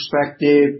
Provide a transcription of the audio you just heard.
perspective